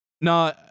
no